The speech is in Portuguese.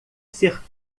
ser